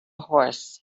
horse